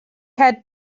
had